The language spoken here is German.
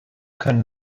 können